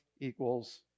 equals